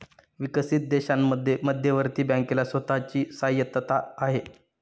विकसित देशांमध्ये मध्यवर्ती बँकेला स्वतः ची स्वायत्तता आहे